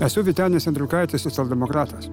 esu vytenis andriukaitis socialdemokratas